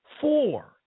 four